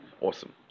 Awesome